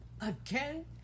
again